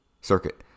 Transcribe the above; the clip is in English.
circuit